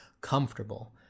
comfortable